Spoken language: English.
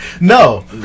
No